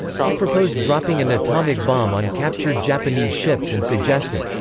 he proposed dropping an atomic bomb on captured japanese ships and suggested,